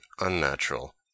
unnatural